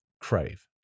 crave